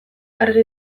argi